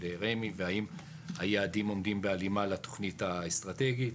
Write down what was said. רמ"י והאם היעדים עומדים בהלימה לתוכנית האסטרטגית.